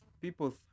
People